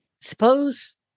Suppose